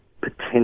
potential